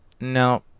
no